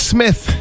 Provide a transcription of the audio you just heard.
Smith